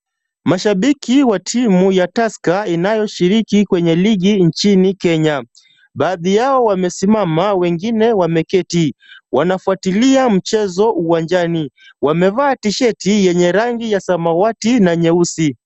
Mashabiki wa timu ya Tusker, inayoshiriki kwenye ligi nchini Kenya, baadhi yao wamesimama wengine wameketi. Wanafuatilia mchezo uwanjani, wamevaa tisheti yenye rangi ya samawati na nyeusi.